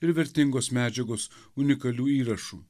ir vertingos medžiagos unikalių įrašų